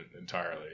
entirely